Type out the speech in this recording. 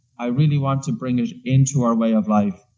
i really want to bring it into our way of life.